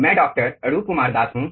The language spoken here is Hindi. मैं डॉक्टर अरूप कुमार दास हूं